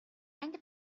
анги